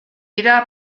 dira